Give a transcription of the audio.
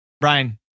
Brian